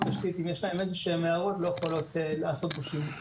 תשתית אם יש להן איזה שהן הערות לא יכולות לעשות בו שימוש.